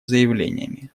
заявлениями